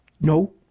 no